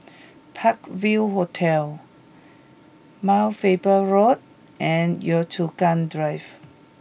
Park View Hotel Mount Faber Road and Yio Chu Kang Drive